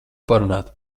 parunāt